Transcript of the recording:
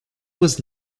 was